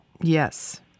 Yes